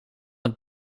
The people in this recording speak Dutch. het